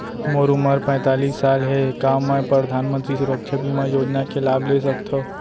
मोर उमर पैंतालीस साल हे का मैं परधानमंतरी सुरक्षा बीमा योजना के लाभ ले सकथव?